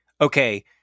okay